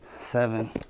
seven